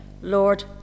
Lord